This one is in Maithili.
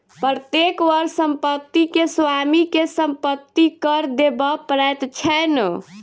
प्रत्येक वर्ष संपत्ति के स्वामी के संपत्ति कर देबअ पड़ैत छैन